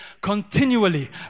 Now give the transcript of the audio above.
continually